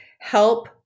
help